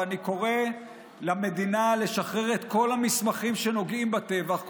ואני קורא למדינה לשחרר את כל המסמכים שנוגעים לטבח,